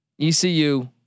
ECU